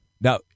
Now